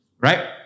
right